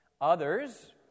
Others